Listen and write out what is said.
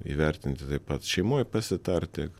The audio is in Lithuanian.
įvertinti taip pat šeimoj pasitarti